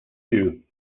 you